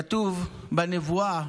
כתוב בנבואה: